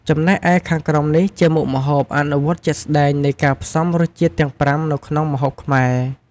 ចំណែកឯ ខាងក្រោមនេះជាមុខម្ហូបអនុវត្តជាក់ស្ដែងនៃការផ្សំរសជាតិទាំងប្រាំនៅក្នុងម្ហូបខ្មែរ ។